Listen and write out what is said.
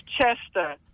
Chester